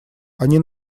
они